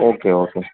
okay okay